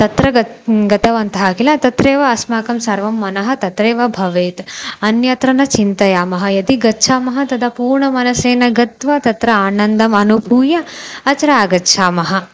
तत्र गत् गतवन्तः किल तत्रैव अस्माकं सर्वं मनः तत्रैव भवेत् अन्यत्र न चिन्तयामः यदि गच्छामः तदा पूर्णमनसा गत्वा तत्र आनन्दम् अनुभूय अत्र आगच्छामः